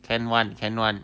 can [one] can [one]